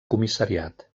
comissariat